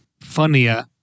funnier